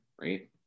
right